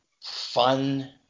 fun